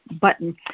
button